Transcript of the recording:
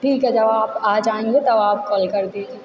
ठीक है जब आप आ जाएँगे तब आप कॉल कर दीजिए